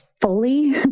fully